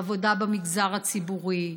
בעבודה במגזר הציבורי,